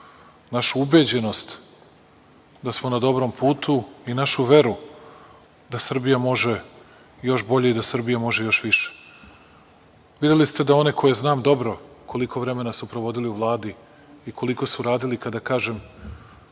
našu ubeđenost da smo na dobrom putu i našu veru da Srbija može još bolje i da Srbija može još više. Videli ste da one koje znam dobro, koliko vremena su provodili u Vladi i koliko su radili, kada kažem: